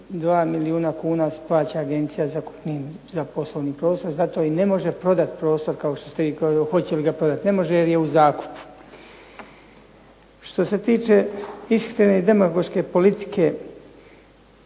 2 milijuna kuna plaća agencija zakupninu za poslovni prostor, zato i ne može prodati prostor kao što ste vi kazali hoće li ga prodati. Ne može jer je u zakupu. Što se tiče ishitrene i demagoške politike